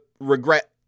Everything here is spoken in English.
regret